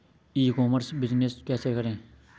ई कॉमर्स बिजनेस कैसे करें?